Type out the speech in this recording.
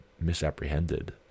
misapprehended